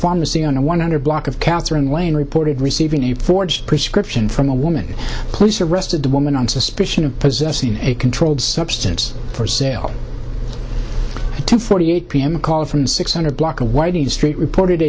pharmacy on a one hundred block of katherine lane reported receiving a forged prescription from a woman police arrested the woman on suspicion of possessing a controlled substance for sale to forty eight p m a call from six hundred block of whiting street reported